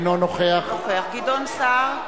אינו נוכח (קוראת בשמות חברי הכנסת) גדעון סער,